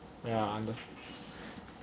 ya understand